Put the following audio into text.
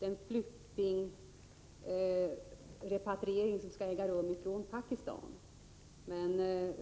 Den flyktingrepatriering som skall äga rum från Pakistan är svår nog, men